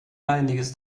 einiges